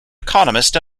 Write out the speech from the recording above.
economist